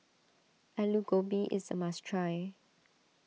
Alu Gobi is a must try